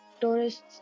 tourists